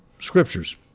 scriptures